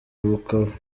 bukavu